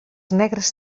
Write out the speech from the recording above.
negres